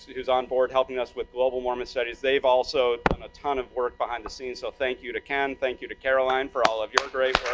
who's onboard helping us with global mormon studies. they've also done a ton of work behind the scenes, so thank you to ken, thank you to caroline, for all of your great work.